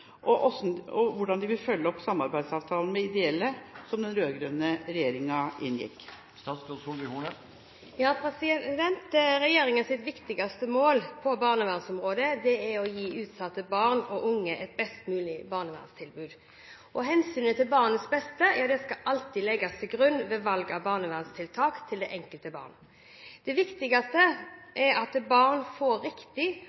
og om de vil følge opp samarbeidsavtalen med ideelle som den rød-grønne regjeringen inngikk?» Regjeringens viktigste mål på barnevernsområdet er å gi utsatte barn og unge et best mulig barnevernstilbud. Hensynet til barnets beste skal alltid legges til grunn ved valg av barnevernstiltak til det enkelte barn. Det viktigste er at barn får riktig